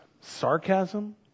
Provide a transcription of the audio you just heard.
sarcasm